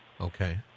Okay